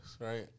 Right